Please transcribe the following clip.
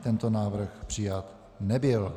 Tento návrh přijat nebyl.